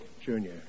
Junior